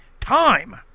time